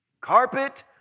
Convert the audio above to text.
carpet